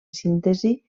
síntesi